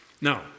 Now